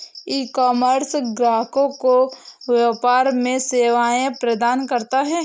ecommerce ग्राहकों को व्यापार में सेवाएं प्रदान करता है